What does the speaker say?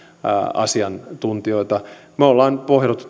asiantuntijoita me olemme nyt pohjanneet